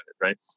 right